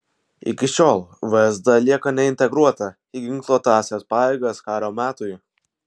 iki šiol vsd lieka neintegruota į ginkluotąsias pajėgas karo metui